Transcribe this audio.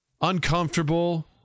uncomfortable